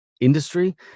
industry